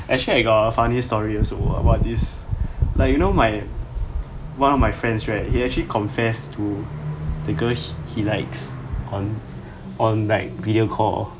actually I got a funny story also what is like you know my one of my friends right he actually confess to the girl he likes on on like video call